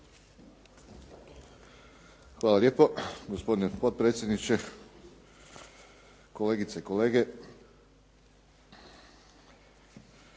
Hvala lijepo gospodine potpredsjedniče, kolegice i kolege.